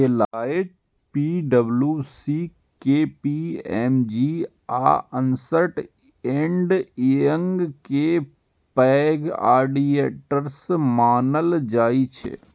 Deloitte, पी.डब्ल्यू.सी, KPMG आ Ernst and Young कें पैघ ऑडिटर्स मानल जाइ छै